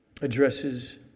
addresses